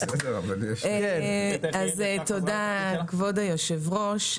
העברנו החלטה על השקעות מאסיביות של המשרד